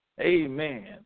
amen